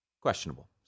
questionable